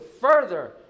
further